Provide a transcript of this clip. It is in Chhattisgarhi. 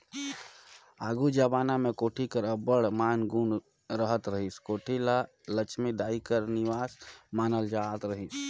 आघु जबाना मे कोठी कर अब्बड़ मान गुन रहत रहिस, कोठी ल लछमी दाई कर निबास मानल जात रहिस